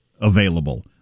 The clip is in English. available